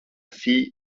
fille